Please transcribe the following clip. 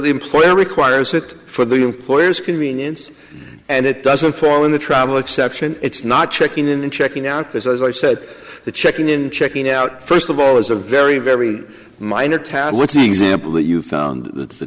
the employer requires it for the employer's convenience and it doesn't fall in the travel exception it's not checking in and checking out as i said the checking in checking out first of all is a very very minor tad what's the example that you found th